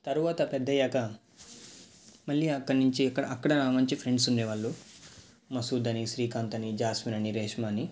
తరువాత పెద్దయ్యాక మళ్ళీ అక్కడ నుంచి అక్కడ అక్కడా మంచి ఫ్రెండ్స్ ఉండేవాళ్ళు మసూద్ అని శ్రీకాంత్ అని జాస్వన్ అని రేష్మ అని